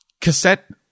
cassette